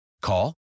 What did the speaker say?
Call